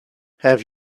have